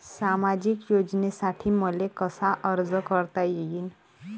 सामाजिक योजनेसाठी मले कसा अर्ज करता येईन?